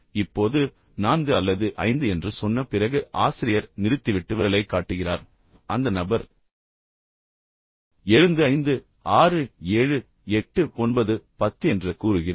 இப்போது நான்கு அல்லது ஐந்து என்று சொன்ன பிறகு ஆசிரியர் நிறுத்திவிட்டு விரலைக் காட்டுகிறார் அந்த நபர் எழுந்து ஐந்து ஆறு ஏழு எட்டு ஒன்பது பத்து என்று கூறுகிறார்